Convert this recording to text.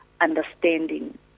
understanding